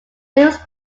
beams